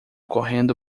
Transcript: correndo